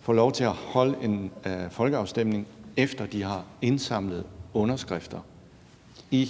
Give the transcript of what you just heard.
få lov til at afholde en folkeafstemning, efter de har indsamlet underskrifter i